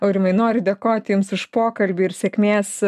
aurimai noriu dėkot jums už pokalbį ir sėkmės